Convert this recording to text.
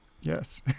Yes